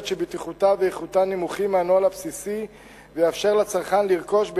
שבטיחותה ואיכותה נמוכות מהנוהל הבסיסי ויאפשר לצרכן לרכוש,